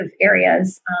areas